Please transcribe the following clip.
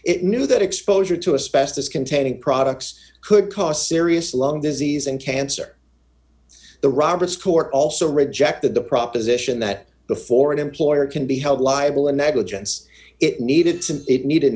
it knew that exposure to a specialist containing products could cost serious lung disease and cancer the roberts court also rejected the proposition that before an employer can be held liable in negligence it needed since it needed